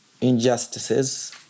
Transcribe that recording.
injustices